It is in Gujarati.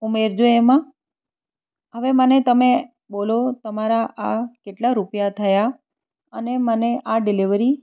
ઉમેરજો એમાં હવે મને તમે બોલો તમારા આ કેટલા રૂપિયા થયા અને મને આ ડિલિવરી